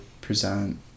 present